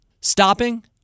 Stopping